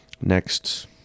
next